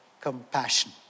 compassion